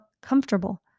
comfortable